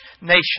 nation